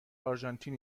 آرژانتین